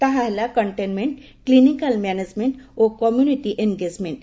ତାହା ହେଲା containment clinical management ଓ କମ୍ୟୁନିଟି ଏନ୍ଗେଜ୍ମେଣ୍ଟ